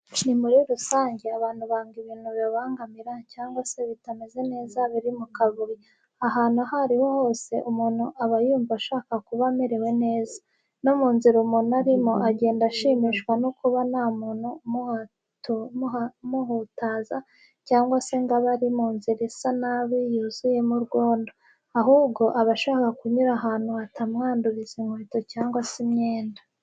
Muri rusange abantu banga ibintu bibabangamira cyangwa se bitameze neza biri mu kavuyo, ahantu aho ari ho hose umuntu aba yumva ashaka kuba amerewe neza. No mu nzira umuntu arimo agenda ashimishwa no kuba nta muntu umuhutaza cyangwa se ngo abe ari mu nzira isa nabi yuzuyemo urwondo, ahubwo aba ashaka kunyura ahantu hatamwanduriza inkweto cyangwa se imyenda.